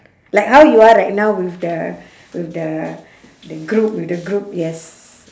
like how you are right now with the with the the group with the group yes